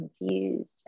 confused